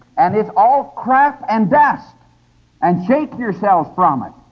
and it's all crap and dust and shake yourselves from it!